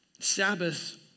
Sabbath